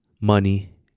money